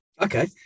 Okay